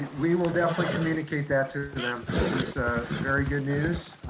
we will definitely communicate that to to them. this is very good news.